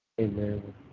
Amen